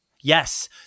Yes